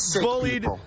bullied